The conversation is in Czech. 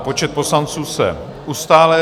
Počet poslanců se ustálil.